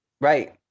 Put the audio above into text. Right